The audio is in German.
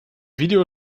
video